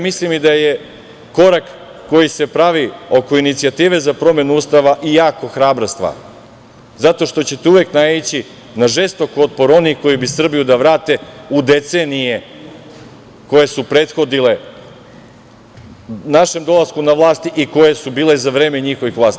Mislim da je korak koji se pravi oko inicijative za promenu Ustava jako hrabra stvar zato što ćete uvek naići na žestok otpor onih koji bi Srbiju da vrate u decenije koje su prethodile našem dolasku na vlast i koje su bile za vreme njihovih vlasti.